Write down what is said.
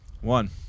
One